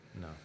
No